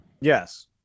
Yes